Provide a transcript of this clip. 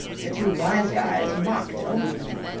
the two wise guys mocked openly.